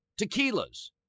tequilas